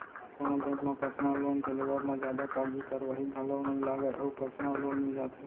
कोनो बेंक म personal loan के लेवब म जादा कागजी कारवाही घलौ नइ लगय अउ परसनल लोन मिल जाथे